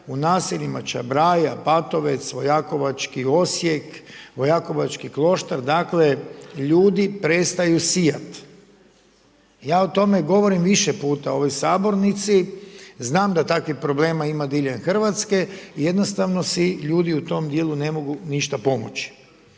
u naseljima Čabraja, Batovec, Vojakovački Osijek, Vojakovački Kloštar, dakle ljudi prestaju sijat. Ja o tome govorim više puta u ovoj Sabornici, znam da takvih problema ima diljem Hrvatske i jednostavno si ljudi u tom dijelu ne mogu ništa pomoći.